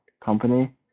company